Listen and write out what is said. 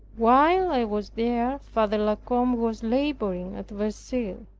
while i was there, father la combe was laboring at verceil.